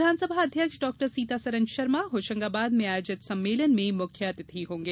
विधानसभा अध्यक्ष डॉ सीतासरण शर्मा होशंगाबाद में आयोजित सम्मेलन में मुख्य अतिथि होंगे